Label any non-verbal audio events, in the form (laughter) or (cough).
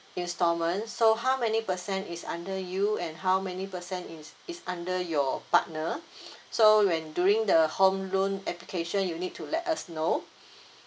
installment so how many percent is under you and how many percent is is under your partner (noise) so when during the home loan application you need to let us know